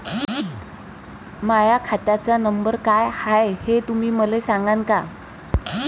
माह्या खात्याचा नंबर काय हाय हे तुम्ही मले सागांन का?